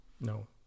no